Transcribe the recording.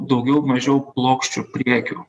daugiau mažiau plokščiu prekiu